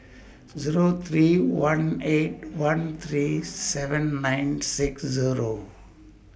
Zero three one eight one three seven nine six Zero